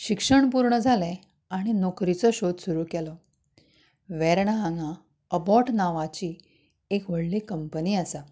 शिक्षण पूर्ण जालें आणी नेकरिचो शोध सुरू केलो वेर्णा हांगा अबॉट नांवाची एक व्हडली कंपनी आसा